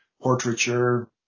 portraiture